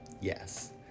Yes